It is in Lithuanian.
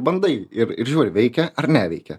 bandai ir ir žiūri veikia ar neveikia